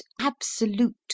absolute